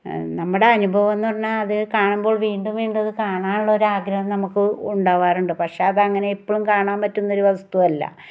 നമ്മുടെ അനുഭവം എന്ന് പറഞ്ഞാൽ അത് കാണുമ്പോൾ വീണ്ടും വീണ്ടും അത് കാണാനുള്ള ഒരു ആഗ്രഹം നമുക്ക് ഉണ്ടാവാറുണ്ട് പഷെ അതെങ്ങനെ എപ്പോഴും കാണാൻ പറ്റുന്ന ഒരു വസ്തു അല്ല